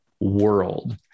world